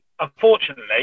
unfortunately